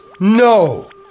no